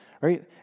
right